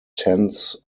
tens